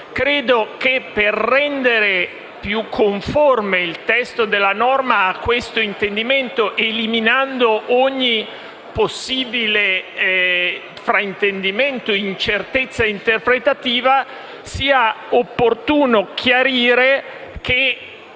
credo che, per rendere più conforme il testo della norma ad esso, eliminando ogni possibile fraintendimento o incertezza interpretativa, sia opportuno chiarire che